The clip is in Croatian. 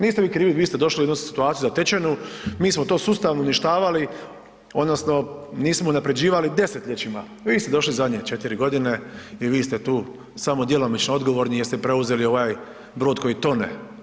Niste vi krivi, vi ste došli u jednu situaciju zatečenu, mi smo to sustavno uništavali, odnosno nismo unaprjeđivali desetljećima, vi ste došli zadnje 4 godine i vi ste tu samo djelomično odgovorni jer ste preuzeli ovaj brod koji tone.